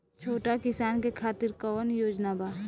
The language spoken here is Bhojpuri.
छोटा किसान के खातिर कवन योजना बा?